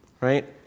right